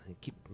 keep